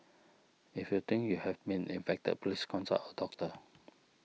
if you think you have been infected please consult a doctor